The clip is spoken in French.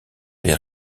les